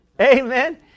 Amen